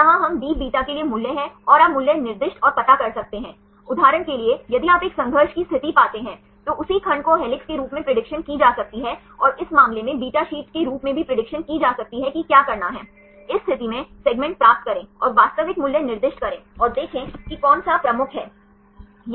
यदि आपके पास उदाहरण के लिए यदि आपके पास यह xyz निर्देशांक है और 4 परमाणुओं को यहीं ले जाता है तो आपने 4 परमाणुओं को इस C N Cα CI में रखा है मुख्य श्रृंखला परमाणुओं को लें